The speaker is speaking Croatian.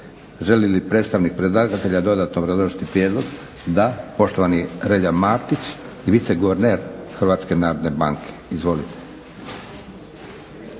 Želi li predstavnik predlagatelja dodatno obrazložiti prijedlog? Da. Poštovani Relja Martić, viceguverner Hrvatske narodne banke. Izvolite.